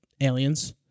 aliens